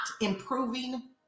improving